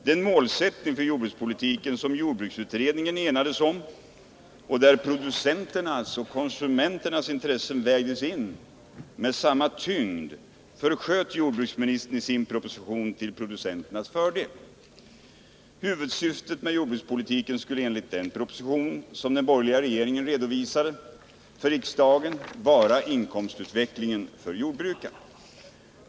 Den målsättning för jordbrukspolitiken som jordbruksutredningen enades om och där producenternas och konsumenternas intressen vägdes in med samma tyngd försköt jordbruksministern i sin proposition till producenternas fördel. Huvudsyftet med jordbrukspolitiken skulle enligt den proposition som den borgerliga regeringen redovisade för riksdagen vara inkomstutvecklingen för jordbrukarna.